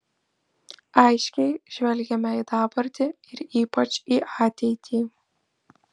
aiškiai žvelgiame į dabartį ir ypač į ateitį